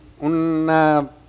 una